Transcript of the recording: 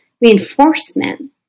Reinforcement